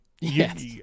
Yes